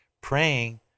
praying